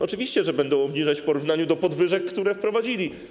Oczywiście, że będą obniżać w porównaniu z podwyżkami, które wprowadzili.